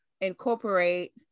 incorporate